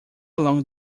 along